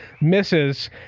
Misses